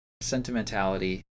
sentimentality